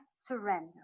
surrender